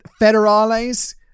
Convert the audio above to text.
federales